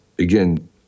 Again